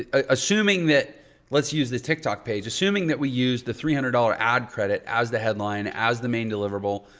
ah assuming that let's use this tiktok page, assuming that we use the three hundred dollars ad credit as the headline, as the main deliverable,